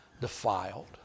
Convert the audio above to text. defiled